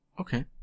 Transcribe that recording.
Okay